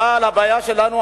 אבל הבעיה שלנו,